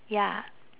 ya